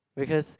because